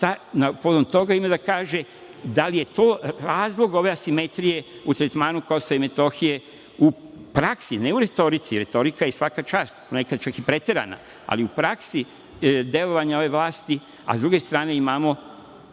šta povodom toga ima da kaže, da li je to razlog ove asimetrije u tretmanu Kosova i Metohije u praksi, ne u retorici? Retorika je nekada čak i preterana, ali u praksi delovanja ove vlasti, a sa druge strane imamo